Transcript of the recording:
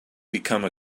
become